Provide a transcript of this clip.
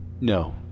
No